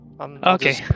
Okay